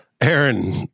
Aaron